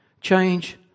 change